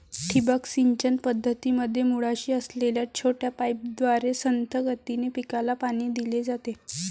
ठिबक सिंचन पद्धतीमध्ये मुळाशी असलेल्या छोट्या पाईपद्वारे संथ गतीने पिकाला पाणी दिले जाते